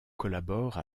collabore